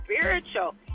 spiritual